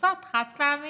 בכוסות חד-פעמיים.